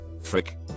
frick